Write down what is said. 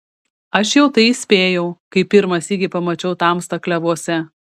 aš jau tai įspėjau kai pirmą sykį pamačiau tamstą klevuose